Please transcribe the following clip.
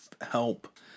help